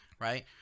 right